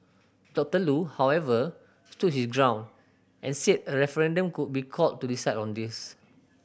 Doctor Loo however stood his ground and said a referendum could be called to decide on this